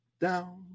down